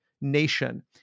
nation